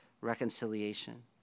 reconciliation